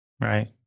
Right